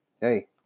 Hey